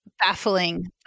baffling